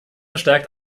verstärkt